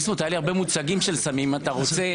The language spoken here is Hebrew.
יחד איתך,